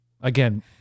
again